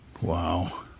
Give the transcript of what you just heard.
Wow